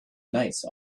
nice